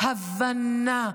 הבנה,